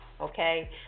Okay